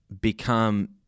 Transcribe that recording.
become—